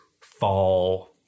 fall